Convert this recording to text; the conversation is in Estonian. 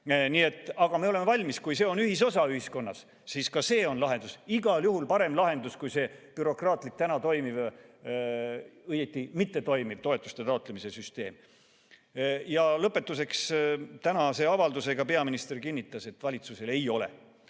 Aga me oleme valmis. Kui see on ühisosa ühiskonnas, siis ka see on lahendus. See on igal juhul parem lahendus kui see bürokraatlik täna toimiv, õieti mittetoimiv, toetuste taotlemise süsteem. Lõpetuseks. Tänase avaldusega peaminister kinnitas, et valitsusel ei ole